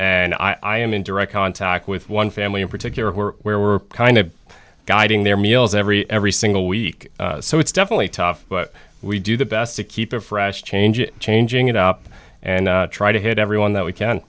and i am in direct contact with one family in particular where we're kind of guiding their meals every every single week so it's definitely tough but we do the best to keep it fresh changing changing it up and try to hit every one that we can